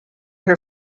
her